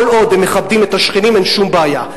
כל עוד הם מכבדים את השכנים, אין שום בעיה.